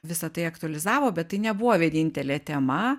visa tai aktualizavo bet tai nebuvo vienintelė tema